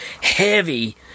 heavy